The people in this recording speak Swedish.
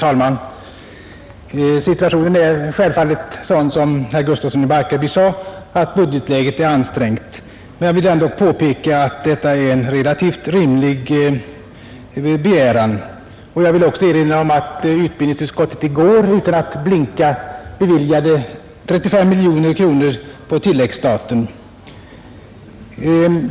Herr talman! Det är självfallet riktigt som herr Gustafsson i Barkarby sade, att budgetläget är ansträngt. Jag vill ändå påpeka att detta är en relativt rimlig begäran. Jag vill också erinra om att utbildningsutskottet i går utan att blinka tillstyrkte 35 miljoner kronor på tilläggsstaten.